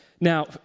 Now